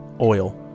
oil